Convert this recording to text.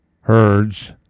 herds